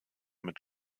mit